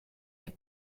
les